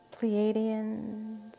Pleiadians